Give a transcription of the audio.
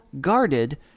guarded